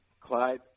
Clyde